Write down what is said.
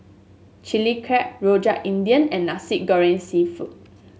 Chilli Crab Rojak India and Nasi Goreng seafood